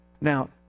Now